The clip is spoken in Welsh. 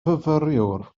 fyfyriwr